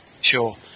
sure